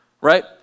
right